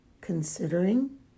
considering